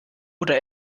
oder